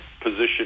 position